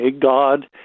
God